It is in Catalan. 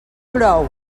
brou